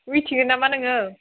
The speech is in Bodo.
मिथिगौ नामा नोङो